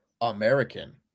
american